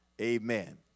Amen